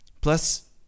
Plus